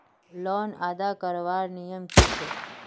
Loan अदा करवार नियम की छे?